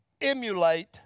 emulate